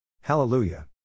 Hallelujah